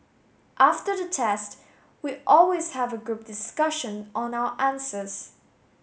after the test we always have a group discussion on our answers